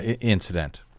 incident